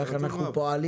כך אנחנו פועלים,